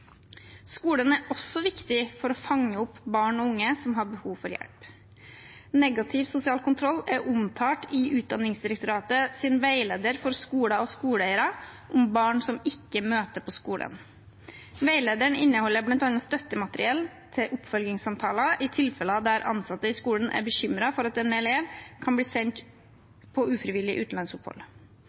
Skolen er også viktig for å fange opp barn og unge som har behov for hjelp. Negativ sosial kontroll er omtalt i Utdanningsdirektoratets veileder for skoler og skoleeiere om barn som ikke møter på skolen. Veilederen inneholder bl.a. støttemateriell til oppfølgingssamtaler i tilfeller der ansatte i skolen er bekymret for at en elev skal bli sendt på ufrivillig utenlandsopphold.